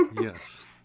Yes